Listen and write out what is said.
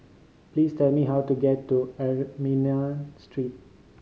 please tell me how to get to Armenian Street